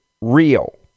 Real